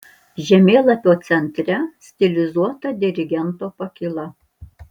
žemėlapio centre stilizuota dirigento pakyla